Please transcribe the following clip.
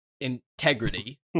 integrity